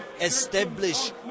Establish